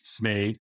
made